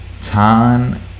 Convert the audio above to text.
Tan